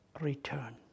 return